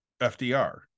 fdr